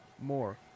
more